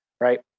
right